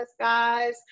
guys